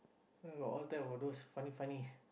got all type of those funny funny